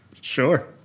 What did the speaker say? Sure